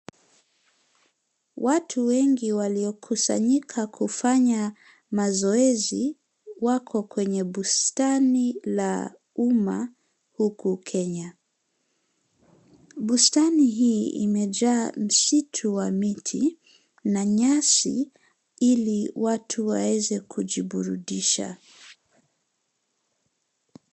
Watu wengi waliokusanyika kufanya mazoezi wako kwenye bustani la umma huku kenya. Bustani hii imejaa msitu wa miti na nyasi ili watu waweze kujiburudisha.